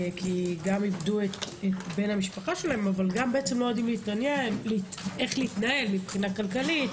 כי גם איבדו את בן המשפחה שלהם וגם לא יודעים איך להתנהל כלכלית,